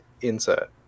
insert